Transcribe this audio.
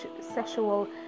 sexual